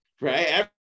right